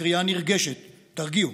קריאה נרגשת: תרגיעו,